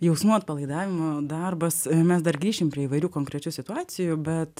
jausmų atpalaidavimo darbas mes dar grįšim prie įvairių konkrečių situacijų bet